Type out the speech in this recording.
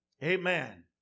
Amen